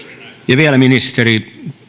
ja vielä ministeri